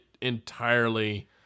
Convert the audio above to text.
entirely